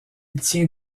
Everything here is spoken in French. tient